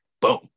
boom